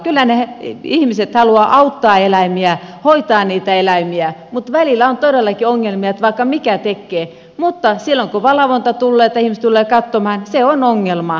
kyllä ne ihmiset haluavat auttaa eläimiä hoitaa niitä eläimiä mutta välillä on todellakin ongelmia vaikka mitä tekee mutta silloin kun valvonta tulee tai ihmiset tulevat katsomaan se on ongelma